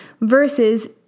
versus